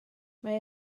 mae